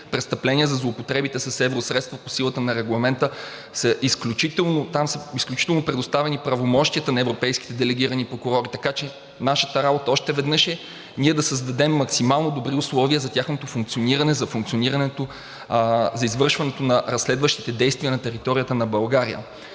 за злоупотребите с евросредства по силата на Регламента са изключително предоставени правомощия на европейските делегирани прокурори, така че нашата работа още веднъж е ние да създадем максимално добри условия за тяхното функциониране, за извършването на разследващите действия на територията на България.